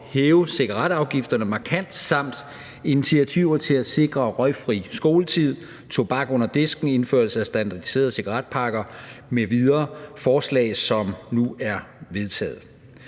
hæve cigaretafgifterne markant og forslag til initiativer som at sikre røgfri skoletid, tobak under disken, indførelse af standardiserede cigaretpakker m.v. – forslag, som nu er vedtaget.